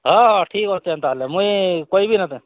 ହଁ ହଁ ଠିକ୍ ଅଛେ ଏନ୍ତା ହେଲେ ମୁଇଁ କହିବି ନା